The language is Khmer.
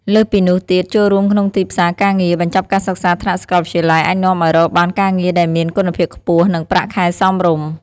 លើសពីនោះទៀត ចូលរួមក្នុងទីផ្សារការងារ បញ្ចប់ការសិក្សាថ្នាក់សាកលវិទ្យាល័យអាចនាំឲ្យរកបានការងារដែលមានគុណភាពខ្ពស់ និងប្រាក់ខែសមរម្យ។